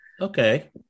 Okay